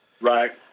Right